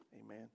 Amen